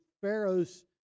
Pharaoh's